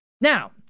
Now